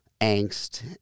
angst